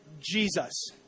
Jesus